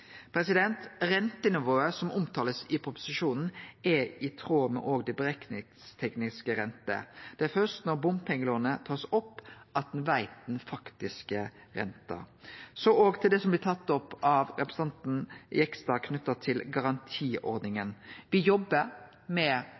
i proposisjonen, er i tråd med berekningsteknisk rente. Det er først når bompengelånet blir tatt opp, at ein veit den faktiske renta. Så til det som òg blei tatt opp av representanten Jegstad, knytt til garantiordninga: Me jobbar med